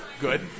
Good